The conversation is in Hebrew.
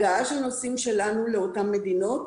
הגעה של נוסעים שלנו לאותן מדינות.